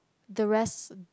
the rest